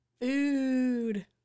Food